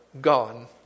gone